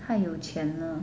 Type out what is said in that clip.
太有钱了